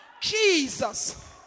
Jesus